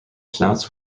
snouts